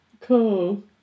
Cool